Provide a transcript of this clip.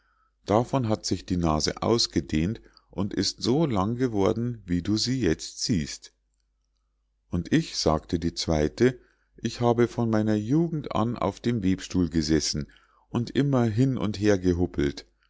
davon hat sich die nase ausgedehnt und ist so lang geworden wie du sie jetzt siehst und ich sagte die zweite ich habe von meiner jugend an auf dem webstuhl gesessen und immer hin und her gehuppelt